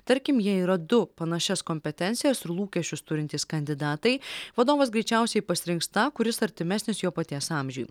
tarkim jie yra du panašias kompetencijas ir lūkesčius turintys kandidatai vadovas greičiausiai pasirinks tą kuris artimesnis jo paties amžiui